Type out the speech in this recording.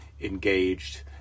engaged